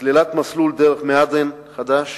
סלילת מסלול דרך מהדרין חדש